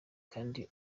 kandi